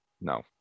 no